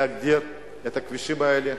להגדיר את הכבישים האלה.